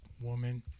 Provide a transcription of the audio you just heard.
woman